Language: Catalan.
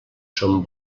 som